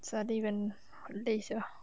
suddenly 人很累 sia